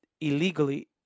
illegally